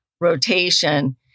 rotation